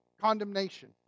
condemnation